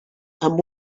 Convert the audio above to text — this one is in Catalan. amb